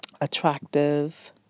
Attractive